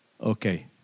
okay